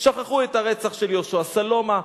שכחו את הרצח של יהושע סלומה,